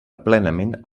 plenament